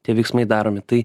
tie veiksmai daromi tai